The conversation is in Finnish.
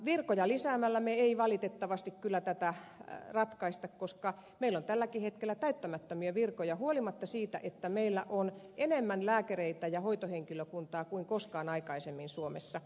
virkoja lisäämällä me emme valitettavasti kyllä tätä ratkaise koska meillä on tälläkin hetkellä täyttämättömiä virkoja huolimatta siitä että meillä on enemmän lääkäreitä ja hoitohenkilökuntaa kuin koskaan aikaisemmin suomessa